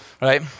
Right